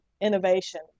Innovation